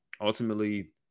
Ultimately